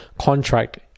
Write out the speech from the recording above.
contract